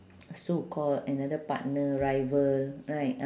so called another partner rival right